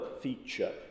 feature